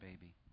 baby